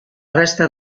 resta